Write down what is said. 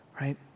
right